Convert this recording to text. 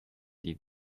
die